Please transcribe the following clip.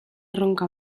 erronka